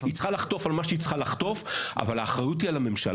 היא צריכה לחטוף על מה שהיא צריכה לחטוף אבל כאן האחריות היא של הממשלה.